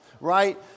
right